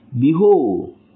behold